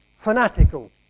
fanatical